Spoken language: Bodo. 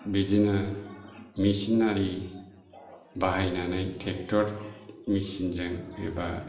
बिदिनो मिसिनारि बाहायनानै ट्रेक्टर मिचिनजों एबा